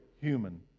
human